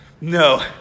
No